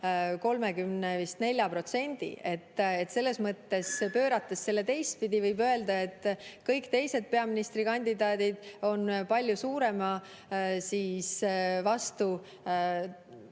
vist. Selles mõttes, pöörates selle teistpidi, võib öelda, et kõik teised peaministrikandidaadid on palju suurema